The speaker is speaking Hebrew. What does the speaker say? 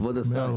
כבוד השר,